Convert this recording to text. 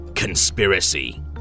conspiracy